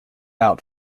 out